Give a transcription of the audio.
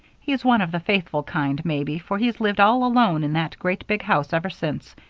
he's one of the faithful kind, maybe, for he's lived all alone in that great big house ever since.